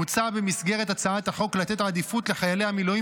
הוצע במסגרת הצעת החוק לתת עדיפות לחיילי המילואים